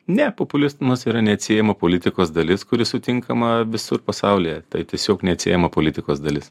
ne populizmas yra neatsiejama politikos dalis kuri sutinkama visur pasaulyje tai tiesiog neatsiejama politikos dalis